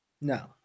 No